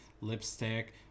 lipstick